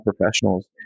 professionals